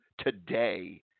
today